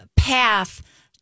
path